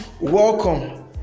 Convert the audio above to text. welcome